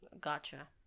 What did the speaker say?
Gotcha